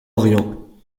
orient